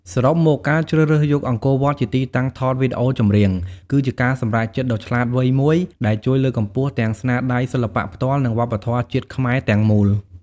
សរុបមក ការជ្រើសរើសយកអង្គរវត្តជាទីតាំងថតវីដេអូចម្រៀង គឺជាការសម្រេចចិត្តដ៏ឆ្លាតវៃមួយដែលជួយលើកកម្ពស់ទាំងស្នាដៃសិល្បៈផ្ទាល់ និងវប្បធម៌ជាតិខ្មែរទាំងមូល។